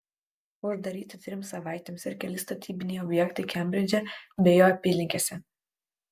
uždaryti trims savaitėms ir keli statybiniai objektai kembridže bei jo apylinkėse